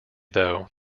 though